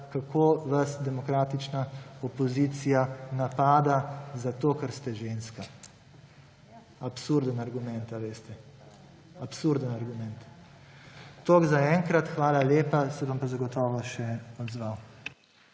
kako vas demokratična opozicija napada zato, ker ste ženska. Absurden argument, veste. Absurden argument! Toliko zaenkrat. Hvala lepa. Se bom pa zagotovo še odzval.